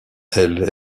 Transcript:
elle